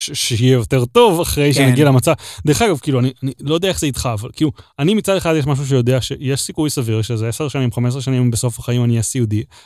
שיהיה יותר טוב אחרי שמגיע למצע דרך אגב כאילו אני לא יודע איך זה איתך אבל כאילו אני מצד אחד יש משהו שיודע שיש סיכוי סביר שזה 10 שנים 15 שנים בסוף החיים אני אהיה סיעודי.